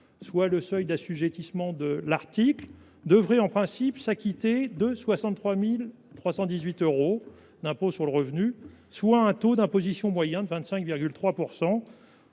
soit le seuil d’assujettissement fixé à l’article 3, devrait en principe s’acquitter de 63 318 euros d’impôt sur le revenu, soit un taux d’imposition moyen de 25,3